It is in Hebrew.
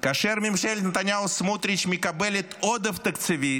כאשר ממשלת נתניהו-סמוטריץ' מקבלת עודף תקציבי